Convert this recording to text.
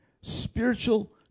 spiritual